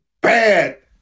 bad